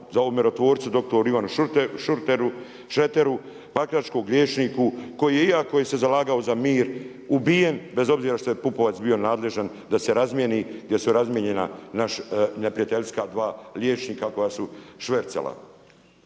za ovog mirotvorca doktoru Šreteru pakračkom liječniku, koji je iako se zalagao za mir ubijen bez obzira što je Pupovac bio nadležan da se razmijeni, gdje su razmijenjena neprijateljska dva liječnika koja su švercala.